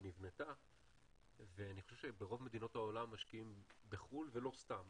היא נבנתה ואני חושב שברוב מדינות העולם משקיעים בחו"ל ולא סתם.